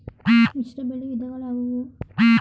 ಮಿಶ್ರಬೆಳೆ ವಿಧಗಳಾವುವು?